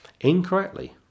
incorrectly